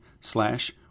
slash